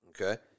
Okay